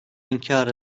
inkar